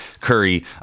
Curry